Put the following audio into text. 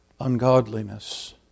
ungodliness